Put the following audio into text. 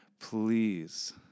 please